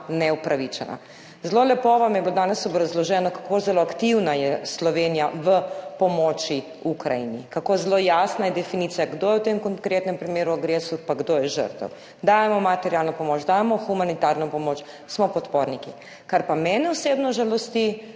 neupravičena. Zelo lepo vam je bilo danes obrazloženo kako zelo aktivna je Slovenija v pomoči Ukrajini, kako zelo jasna je definicija, kdo je v tem konkretnem primeru agresor, pa kdo je žrtev, dajemo materialno pomoč, dajemo humanitarno pomoč, smo podporniki. Kar pa mene osebno žalosti,